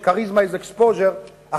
מפני שכריזמה exposure is,